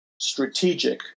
strategic